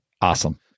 Awesome